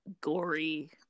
gory